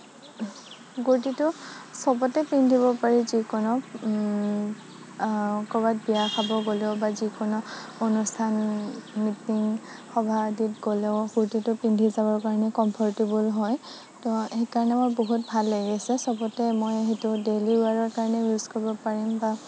কুৰ্টিটো চবতে পিন্ধিব পাৰি যিকোনো ক'ৰবাত বিয়া খাব গ'লেও বা যিকোনো অনুষ্ঠান মিটিং সভা আদিত গ'লেও কুৰ্টিটো পিন্ধি যাবৰ কাৰণে কমফৰ্টেবুল হয় ত' সেইকাৰণে মই বহুত ভাল লাগিছে চবতে মই সেইটো ডেইলি ওৱেৰৰ কাৰণে ইউজ কৰিব পাৰিম বা